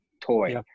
toy